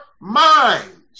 minds